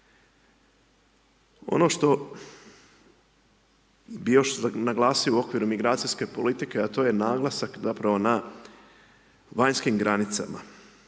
Ono što bih još naglasio u okviru migracijske politike, a to je naglasak, zapravo, na vanjskim granicama.